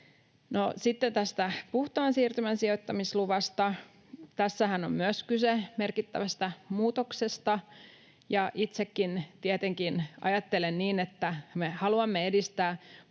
sitten tästä puhtaan siirtymän sijoittamisluvasta: Tässähän on kyse myös merkittävästä muutoksesta. Itsekin tietenkin ajattelen niin, että me haluamme edistää